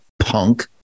punk